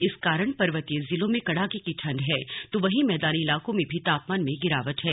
इस कारण पर्वतीय जिलों में कड़ाके की ठंड है तो वहीं मैदानी इलाकों में भी तापमान में गिरावट है